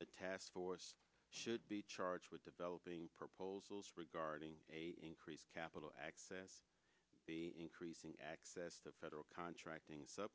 a task force should be charged with developing proposals regarding increased capital access be increasing access to federal contracting su